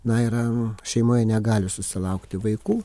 na yra šeimoj negali susilaukti vaikų